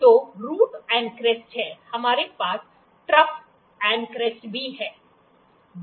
तो रूट और क्रेस्ट है हमारे पास ट्रफ और क्रेस्ट है